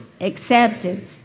accepted